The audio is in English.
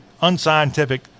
unscientific